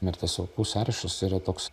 mirties aukų sąrašas yra toks